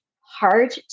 hard